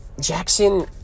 Jackson